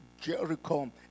Jericho